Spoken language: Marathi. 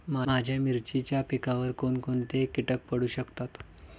माझ्या मिरचीच्या पिकावर कोण कोणते कीटक पडू शकतात?